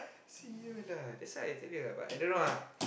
see you lah that's why I tell you lah but I don't know lah